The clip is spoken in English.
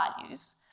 values